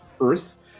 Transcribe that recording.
Earth